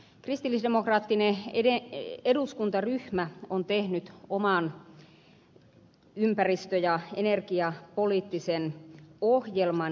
kristillisdemokraattinen eduskuntaryhmä on tehnyt oman ympäristö ja energiapoliittisen ohjelman